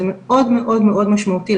זה מאוד מאוד מאוד משמעותי.